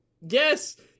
Yes